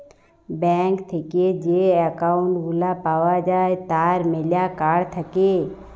bank থেক্যে যে account গুলা পাওয়া যায় তার ম্যালা কার্ড থাক্যে